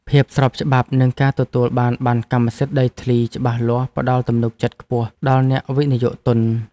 ភាពស្របច្បាប់និងការទទួលបានប័ណ្ណកម្មសិទ្ធិដីធ្លីច្បាស់លាស់ផ្តល់ទំនុកចិត្តខ្ពស់ដល់អ្នកវិនិយោគទុន។